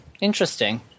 interesting